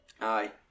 Aye